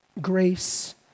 grace